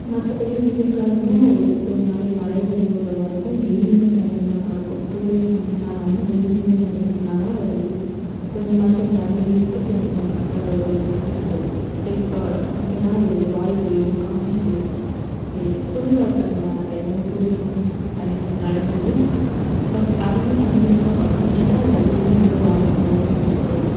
மற்றபடி வெயில் காலம்னா ஒர் ஒரு நாளைக்கு நிறையவே தண்ணி விடுற மாதிரி இருக்கும் டெய்லியும் தண்ணி ஊற்றுற மாதிரி இருக்கும் டூ டேஸ் ஒன்ஸ்லாம் இல்லாமல் டெய்லியும் தண்ணி ஊற்றுனா தான் அது வந்து கொஞ்சமாச்சும் தண்ணி இழுத்து கொஞ்சம் கொஞ்சம் எப்படி சொல்கிறது செழிப்பாக வளரும் இல்லைனா அது வாடி போயிடும் காஞ்சி போயிடும் இல் குளிர்காலத்தில் அதை மாதிரிலாம் கிடையாது நம்ம டூ டேஸ் ஒன்ஸ் தண்ணி ஊற்றினாலே போதும் பட் அதையும் கன்டினியூவஸாக பண்ணும் விட்டுட்டா அது அதுவும் வந்து வாடி போயிடும் செத்து போயிடும்